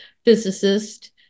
physicist